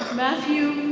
matthew